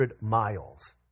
miles